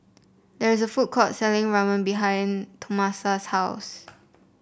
there is a food court selling Ramen behind Tomasa's house